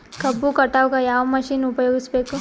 ಕಬ್ಬು ಕಟಾವಗ ಯಾವ ಮಷಿನ್ ಉಪಯೋಗಿಸಬೇಕು?